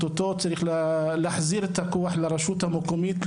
צריך להחזיר את הכוח לרשות המקומית,